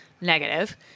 negative